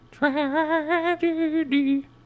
Tragedy